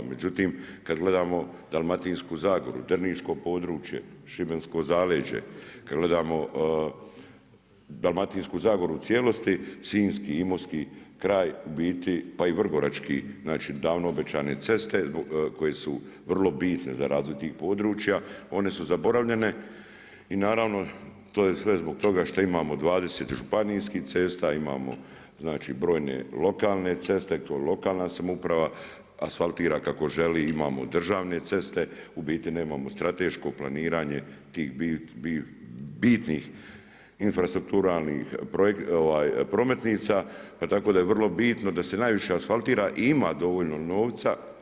Međutim, kada gledamo Dalmatinsku zagoru, Drniško područje, Šibensko zaleđe, kada gledamo Dalmatinsku zagoru u cijelosti, sinjski, imotski kraj u biti pa i vrgorački znači davno obećane ceste koje su vrlo bitne za razvoj tih područja, one su zaboravljene i naravno to je sve zbog toga što imamo 20 županijskih cesta, imamo znači brojne lokalne ceste, lokalna samouprava asfaltira kako želi i imamo državne ceste u biti nemamo strateško planiranje tih bitnih infrastrukturalnih prometnica, pa tako da je vrlo bitno da se najviše asfaltira i ima dovoljno novca.